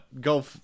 go